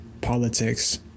politics